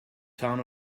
town